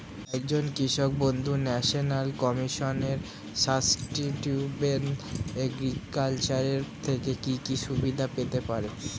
একজন কৃষক বন্ধু National Commission for Sustainable Agriculture এর থেকে কি কি সুবিধা পেতে পারে?